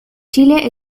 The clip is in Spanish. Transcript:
chile